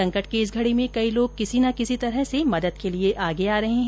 संकट की इस घड़ी में कई लोग किसी ना किसी तरह से मदद के लिए आगे आ रहे हैं